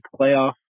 playoff